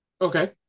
okay